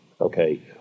okay